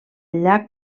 llac